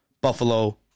Buffalo